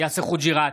יאסר חוג'יראת,